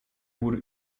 wurde